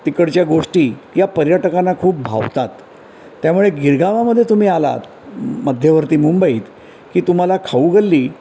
तिकडच्या गोष्टी या पर्यटकांना खूप भावतात त्यामुळे गिरगावामध्ये तुम्ही आलात मध्यवर्ती मुंबईत की तुम्हाला खाऊ गल्ली